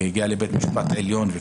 והיא הגיעה לבית המשפט העליון.